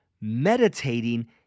Meditating